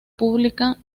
pública